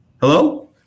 Hello